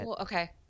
okay